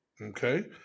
Okay